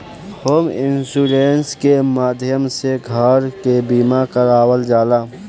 home insurance के माध्यम से घर के बीमा करावल जाला